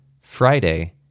Friday